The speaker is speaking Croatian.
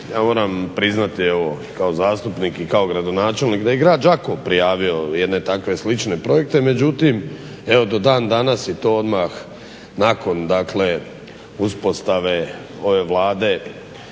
Ja moram priznati kao zastupnik i kao gradonačelnik da je i grad Đakovo prijavio jedne takve slične projekte, međutim evo do dan danas i to odmah nakon uspostave ove Vlade